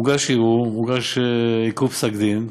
הוגש ערעור והוגש עיכוב פסק-דין,